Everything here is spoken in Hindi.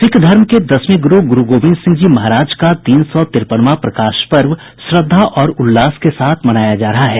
सिख धर्म के दसवें गुरू गुरूगोविंद सिंह जी महाराज का तीन सौ तिरपनवां प्रकाश पर्व श्रद्धा और उल्लास के साथ मनाया जा रहा है